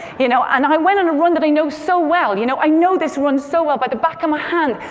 you know and i went on a run that i know so well. you know i know this run so well, by the back of my hand.